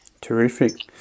terrific